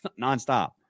nonstop